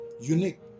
Unique